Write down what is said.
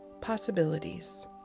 possibilities